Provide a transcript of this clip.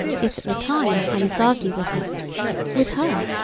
yet at the time i must argue with her with her!